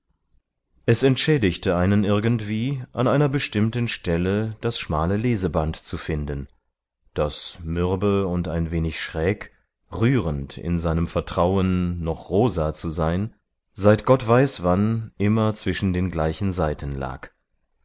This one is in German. es entschädigte einen irgendwie an einer bestimmten stelle das schmale leseband zu finden das mürbe und ein wenig schräg rührend in seinem vertrauen noch rosa zu sein seit gott weiß wann immer zwischen den gleichen seiten lag